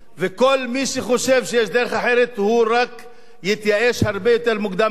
כל מי שחושב שיש דרך אחרת רק יתייאש הרבה יותר מוקדם מאתנו.